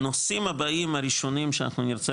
הנושאים הבאים הראשונים שאנחנו נרצה